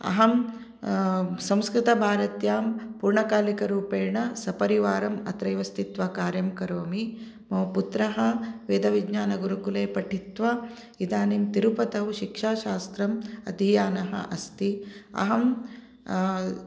अहं संस्कृतभारत्यां पूर्णकालिकरूपेण सपरिवारम् अत्रैव स्थित्वा कार्यं करोमि मम पुत्रः वेदविज्ञानगुरुकुले पठित्वा इदानीं तिरुपतौ शिक्षाशास्त्रम् अधीयानः अस्ति अहं